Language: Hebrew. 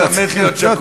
לא, היית מת להיות שקוף.